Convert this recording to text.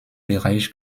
bereich